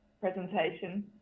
presentation